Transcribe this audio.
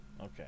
Okay